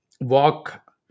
walk